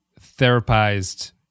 therapized